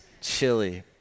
chili